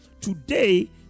Today